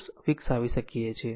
અમે એક ધાર દોરીએ છીએ